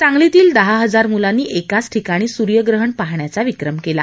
सांगलीतील दहा हजार मुलांनी एकाच ठिकाणी सूर्यग्रहण पाहण्याचा विक्रम केला